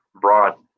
broad